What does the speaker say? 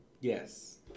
Yes